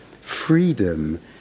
freedom